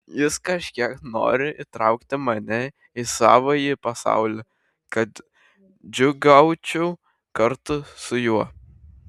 jis kažkiek nori įtraukti mane į savąjį pasaulį kad džiūgaučiau kartu su juo